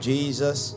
Jesus